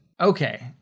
Okay